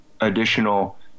Additional